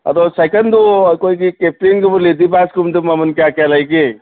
ꯑꯗꯣ ꯁꯥꯏꯀꯜꯗꯨ ꯑꯩꯈꯣꯏꯒꯤ ꯀꯦꯞꯇꯦꯟꯒꯨꯝꯕ ꯂꯦꯗꯤꯕꯥ꯭ꯔꯗꯀꯨꯝꯕꯗꯨ ꯃꯃꯜ ꯀꯌꯥ ꯀꯌꯥ ꯂꯩꯒꯦ